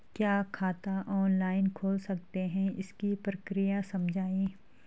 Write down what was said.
क्या खाता ऑनलाइन खोल सकते हैं इसकी प्रक्रिया समझाइए?